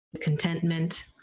contentment